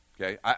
okay